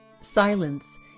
Silence